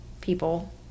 people